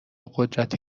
قدرت